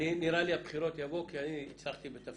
הבחירות יבואו כי אני הצלחתי בתפקידי.